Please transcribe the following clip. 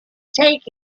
take